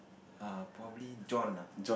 err probably John lah